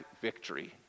victory